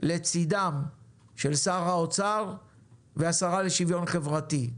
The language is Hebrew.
לצידם של שר האוצר ואת השרה לשוויון חברתי.